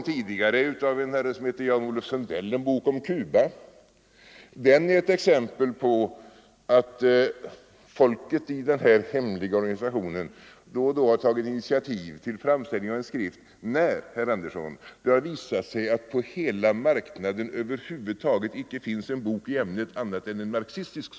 Tidigare utgavs av en herre som heter Jan-Olof Sundell en bok om Cuba. Den är ett exempel på att folket i den här hemliga organisationen då och då tagit initiativ till framställning av skrift, herr Andersson, när det har visat sig att på hela marknaden över huvud taget icke finns en enda bok i ämnet som inte är marxistisk.